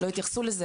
לא התייחסו לזה.